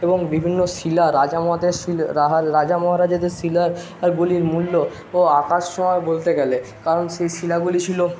এবং বিভিন্ন শিলা রাজা মহাদেশ শিল রাহা রাজা মহারাজাদের শিলার আর গুলির মূল্য ও আকাশ ছোঁয়া বলতে গেলে কারণ সে শিলাগুলি ছিলো